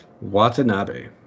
Watanabe